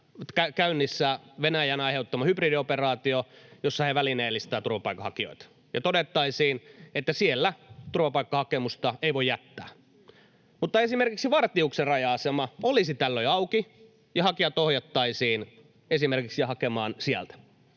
käynnissä Venäjän aiheuttama hybridioperaatio, jossa he välineellistävät turvapaikanhakijoita, ja todettaisiin, että siellä turvapaikkahakemusta ei voi jättää, mutta esimerkiksi Vartiuksen raja-asema olisi tällöin auki, ja hakijat ohjattaisiin esimerkiksi hakemaan sieltä.